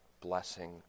blessing